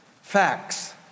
facts